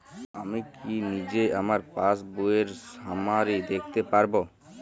আমি কি নিজেই আমার পাসবইয়ের সামারি দেখতে পারব?